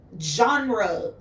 genre